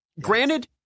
Granted